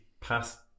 past